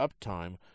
uptime